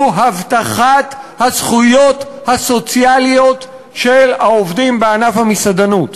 הוא הבטחת הזכויות הסוציאליות של העובדים בענף המסעדנות,